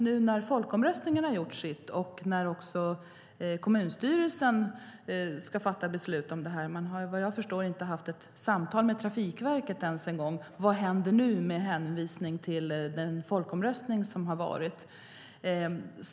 Nu har folkomröstningen sagt sitt, och kommunstyrelsen ska fatta beslut om detta. Vad jag förstår har man inte ens haft ett samtal med Trafikverket om vad som händer nu efter den folkomröstning som har varit.